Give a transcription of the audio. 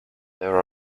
there